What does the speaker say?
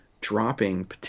dropping